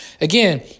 again